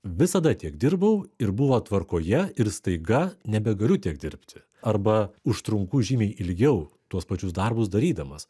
visada tiek dirbau ir buvo tvarkoje ir staiga nebegaliu tiek dirbti arba užtrunku žymiai ilgiau tuos pačius darbus darydamas